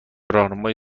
راهنمای